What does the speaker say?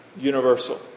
universal